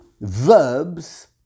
verbs